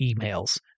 emails